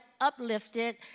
uplifted